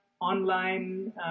online –